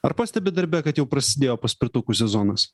ar pastebit darbe kad jau prasidėjo paspirtukų sezonas